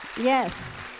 Yes